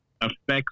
affects